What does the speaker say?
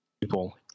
people